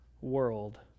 world